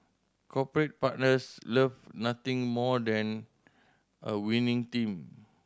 corporate partners love nothing more than a winning team